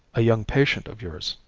a young patient of yours,